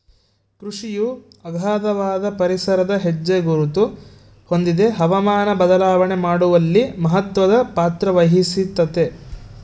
ಕೃಷಿಯು ಅಗಾಧವಾದ ಪರಿಸರದ ಹೆಜ್ಜೆಗುರುತ ಹೊಂದಿದೆ ಹವಾಮಾನ ಬದಲಾವಣೆ ಮಾಡುವಲ್ಲಿ ಮಹತ್ವದ ಪಾತ್ರವಹಿಸೆತೆ